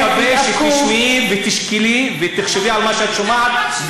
ואני מקווה שתשמעי ותשקלי ותחשבי על מה שאת שומעת,